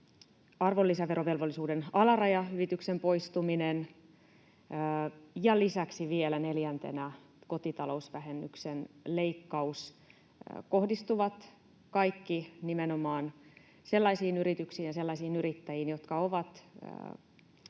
arvonlisäverovelvollisuuden alarajahyvityksen poistuminen ja lisäksi vielä neljäntenä kotitalousvähennyksen leikkaus — kohdistuvat kaikki nimenomaan sellaisiin yrityksiin ja sellaisiin yrittäjiin, jotka ovat tosiaan